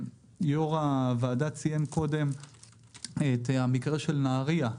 יו"ר הוועדה ציין קודם את המקרה בנהריה.